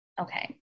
Okay